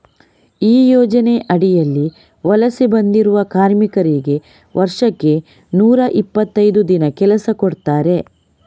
ಈ ಯೋಜನೆ ಅಡಿಯಲ್ಲಿ ವಲಸೆ ಬಂದಿರುವ ಕಾರ್ಮಿಕರಿಗೆ ವರ್ಷಕ್ಕೆ ನೂರಾ ಇಪ್ಪತ್ತೈದು ದಿನ ಕೆಲಸ ಕೊಡ್ತಾರೆ